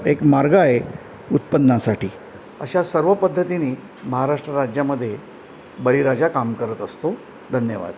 एक एक मार्ग आहे उत्पन्नासाठी अशा सर्व पद्धतीने महाराष्ट्र राज्यामध्ये बळीराजा काम करत असतो धन्यवाद